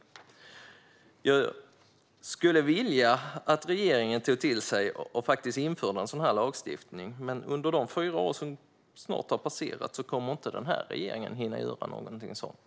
Jag skulle vilja att regeringen tog till sig detta och införde en sådan lagstiftning, men eftersom mandatperiodens fyra år snart har passerat kommer den här regeringen inte att hinna göra något sådant.